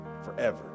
forever